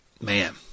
man